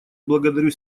благодарю